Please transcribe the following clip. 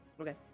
Okay